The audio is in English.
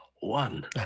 one